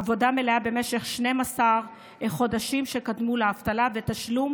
עבודה מלאה במשך 12 החודשים שקדמו לאבטלה ותשלום